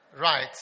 Right